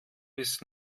bis